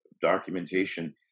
documentation